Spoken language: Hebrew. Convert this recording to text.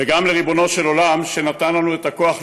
וגם לריבונו של עולם, שנתן לנו את הכוח לנצח.